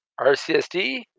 RCSD